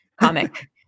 comic